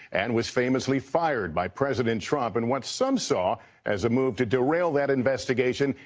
and was famously fired by president trump in what some saw as a move to derail that investigation,